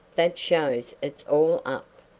that shows it's all up.